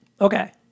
Okay